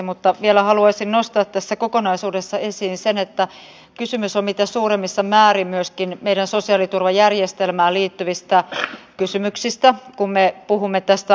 mutta vielä haluaisin nostaa tässä kokonaisuudessa esiin sen että kysymys on mitä suurimmassa määrin myöskin meidän sosiaaliturvajärjestelmään liittyvistä kysymyksistä kun me puhumme tästä aiheesta